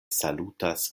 salutas